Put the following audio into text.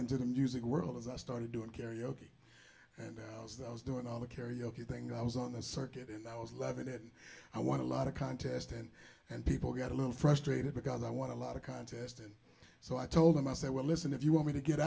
into the music world was i started doing karaoke and i was doing all the karaoke thing i was on the circuit and i was loving it i want a lot of contest and and people got a little frustrated because i want to lot of contest and so i told them i said well listen if you want me to get